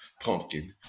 Pumpkin